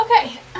Okay